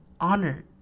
honored